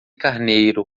carneiro